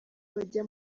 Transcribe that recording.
bajya